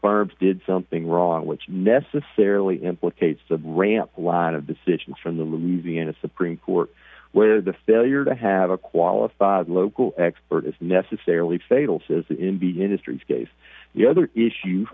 fire did something wrong which necessarily implicates the ramp a lot of decision from the louisiana supreme court where the failure to have a qualified local expert is necessarily fatal says in the industry's case the other issue